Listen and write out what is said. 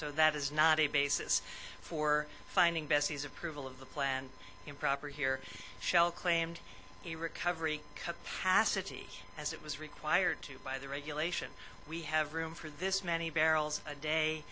so that is not a basis for finding bessie's approval of the plan improper here shell claimed the recovery capacity as it was required to by the regulation we have room for this many barrels a day